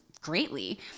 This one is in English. greatly